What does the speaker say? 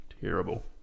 terrible